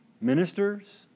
ministers